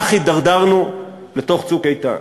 כך הידרדרנו לתוך "צוק איתן".